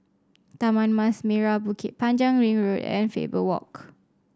Taman Mas Merah Bukit Panjang Ring Road and Faber Walk